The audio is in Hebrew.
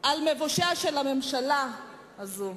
על מבושיה של הממשלה הזו.